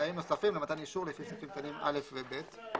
תנאים נוספים למתן אישור לפי סעיפים קטנים (א) ו-(ב).